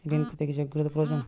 ঋণ পেতে কি যোগ্যতা প্রয়োজন?